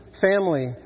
family